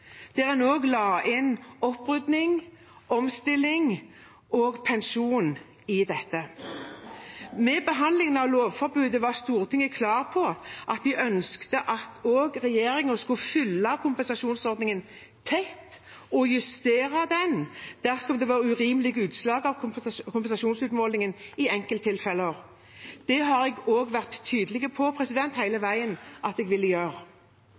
der en også la inn opprydding, omstilling og pensjon i dette. Ved behandlingen av lovforbudet var Stortinget også klar på at de ønsket at regjeringen skulle følge kompensasjonsordningen tett og justere den dersom det ble urimelige utslag av kompensasjonsutmålingen i enkelttilfeller. Det har jeg hele veien vært tydelig på at jeg ville gjøre.